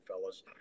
fellas